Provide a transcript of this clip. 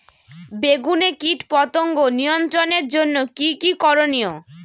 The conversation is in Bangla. বেগুনে কীটপতঙ্গ নিয়ন্ত্রণের জন্য কি কী করনীয়?